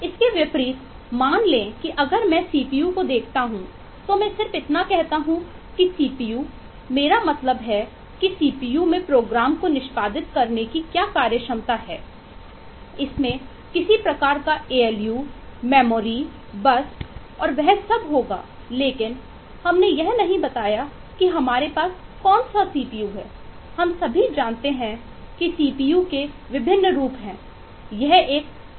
इसके विपरीत मान लें कि अगर मैं सीपीयू को देखता हूं तो मैं सिर्फ इतना कहता हूं कि सीपीयू मेरा मतलब है कि सीपीयू आदि हो सकता है